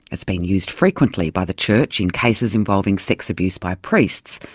it's been used frequently by the church in cases involving sex abuse by priests,